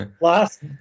last